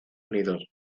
unidos